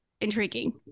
intriguing